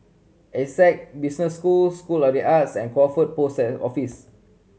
Essec Business School School of The Arts and Crawford Post Office